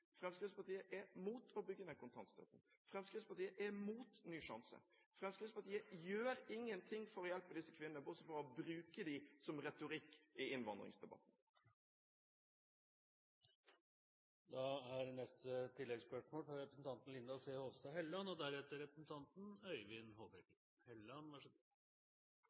Fremskrittspartiet er imot å bygge ned kontantstøtten, Fremskrittspartiet er imot Ny sjanse. Fremskrittspartiet gjør ingenting for å hjelpe disse kvinnene, bortsett fra å bruke dem som retorikk i innvandringsdebatten.